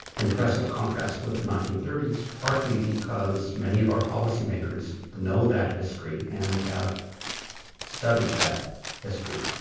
impressive contrast with the nineteen thirty s, partly because many of our policymakers know that history and have studied that history.